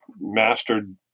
mastered